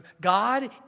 God